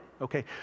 okay